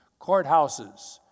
courthouses